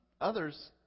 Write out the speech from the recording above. Others